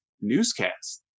newscast